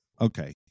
okay